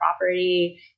property